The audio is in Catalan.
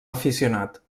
aficionat